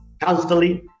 constantly